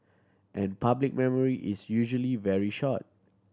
and public memory is usually very short